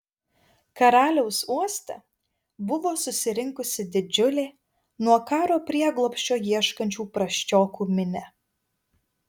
karaliaus uoste buvo susirinkusi didžiulė nuo karo prieglobsčio ieškančių prasčiokų minia